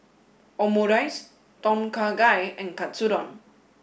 Omurice Tom Kha Gai and Katsudon